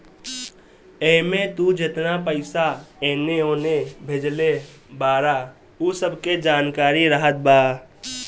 एमे तू जेतना पईसा एने ओने भेजले बारअ उ सब के जानकारी रहत बा